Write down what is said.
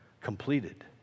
completed